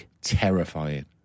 Terrifying